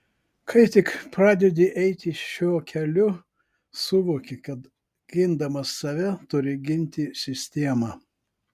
kai tik pradedi eiti šiuo keliu suvoki kad gindamas save turi ginti sistemą